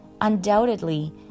undoubtedly